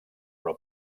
però